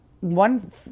one